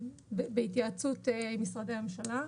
בהתייעצות עם משרדי הממשלה,